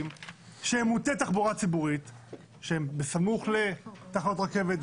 שהם מוטי תחבורה ציבורים שהם בסמוך לתחנות רכבת,